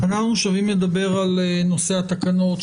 שבים לדבר על נושא התקנות.